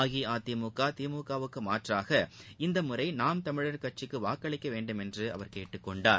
அஇஅதிமுக திமுக வுக்கு மாற்றாக இந்த முறை நாம் தமிழர் கட்சிக்கு வாக்களிக்க வேண்டும் என்றும் அவர் கேட்டுக் கொண்டார்